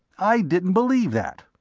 i didn't believe that,